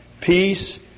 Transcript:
peace